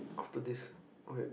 after this okay